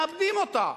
מאבדים אותה.